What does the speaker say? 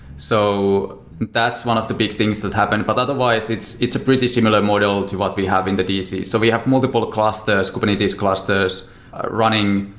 so that's one of the big things that happened, but otherwise it's it's a pretty similar model to what we have in the dc. so we have multiple clusters, kubernetes clusters running,